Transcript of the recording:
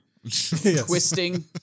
Twisting